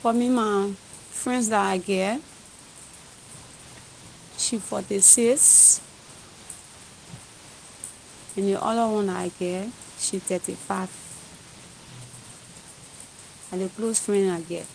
For me my friends la I get she forty- six and ley other one la I get she thirty- five la ley close friend neh I get